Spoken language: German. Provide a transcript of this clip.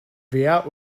wehr